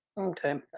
Okay